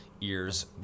Ears